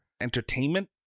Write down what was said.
entertainment